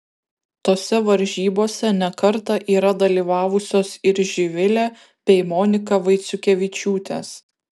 tose varžybose ne kartą yra dalyvavusios ir živilė bei monika vaiciukevičiūtės